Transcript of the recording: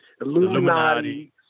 Illuminati